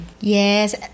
Yes